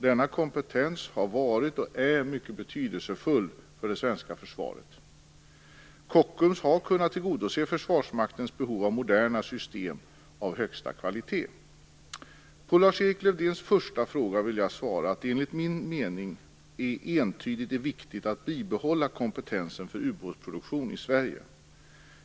Denna kompetens har varit och är mycket betydelsefull för det svenska försvaret. Kockums har kunnat tillgodose Försvarsmaktens behov av moderna system av högsta kvalitet. På Lars-Erik Lövdéns första fråga vill jag svara att det enligt min mening entydigt är viktigt att bibehålla kompetensen för utbåtsproduktion i Sverige.